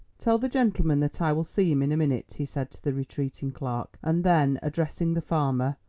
tell the gentleman that i will see him in a minute, he said to the retreating clerk, and then, addressing the farmer,